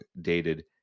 dated